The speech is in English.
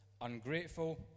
ungrateful